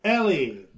Ellie